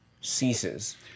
ceases